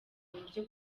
buryo